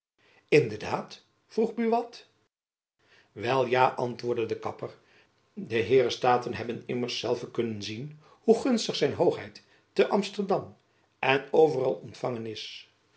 in de daad vroeg buat wel ja antwoordde de kapper de heeren staten hebben immers zelve kunnen zien hoe gunstig zijn hoogheid te amsterdam en overal ontfanjacob van